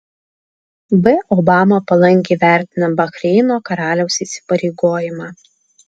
b obama palankiai vertina bahreino karaliaus įsipareigojimą